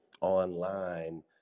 online